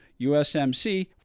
USMC